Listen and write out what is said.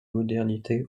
modernité